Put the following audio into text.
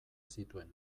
zituen